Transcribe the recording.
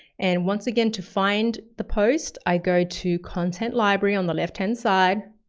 and once again, to find the post i go to content library on the left-hand side